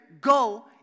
go